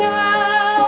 now